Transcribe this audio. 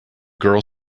girl